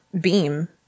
beam